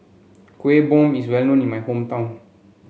Kuih Bom is well known in my hometown